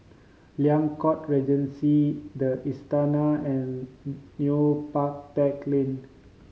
Liang Court Regency The Istana and Neo Park Teck Lane